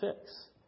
fix